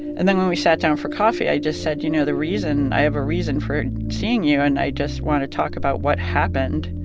and then when we sat down for coffee, i just said, you know, the reason i have a reason for seeing you. and i just want to talk about what happened